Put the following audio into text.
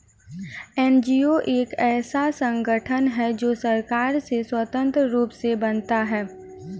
NGO एक ऐसा संगठन है जो सरकार से स्वतंत्र रूप से बनता है